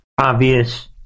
Obvious